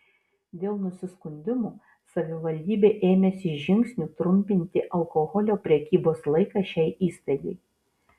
dėl nusiskundimų savivaldybė ėmėsi žingsnių trumpinti alkoholio prekybos laiką šiai įstaigai